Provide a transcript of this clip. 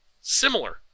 similar